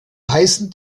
heißen